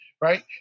right